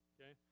Okay